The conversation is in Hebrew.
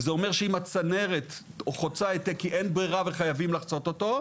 וזה אומר שאם הצנרת חוצה העתק כי אין ברירה וחייבים לחצות אותו,